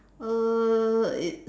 uh it's